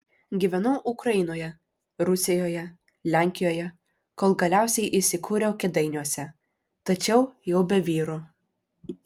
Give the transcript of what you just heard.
gyvenau ukrainoje rusijoje lenkijoje kol galiausiai įsikūriau kėdainiuose tačiau jau be vyro